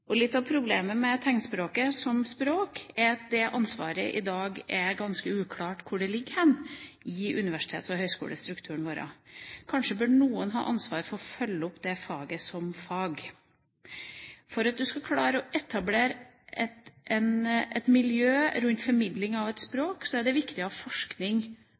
og litt av problemet med tegnspråket som språk er at det i dag er ganske uklart hvor ansvaret ligger i universitets- og høyskolestrukturen vår. Kanskje bør noen ha ansvaret for å følge opp det faget som fag? For at man skal klare å etablere et miljø rundt formidling av et språk, er det viktig å forske på det språket og utviklinga av